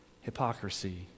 hypocrisy